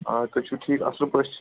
آ تُہۍ چھِو ٹھیٖک اَصٕل پٲٹھۍ